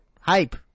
Hype